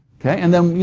okay, and then, you